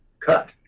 cut